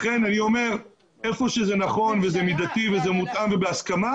לכן אני אומר שהיכן שזה נכון וזה מידתי וזה מותאם וזה בהסכמה,